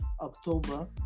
October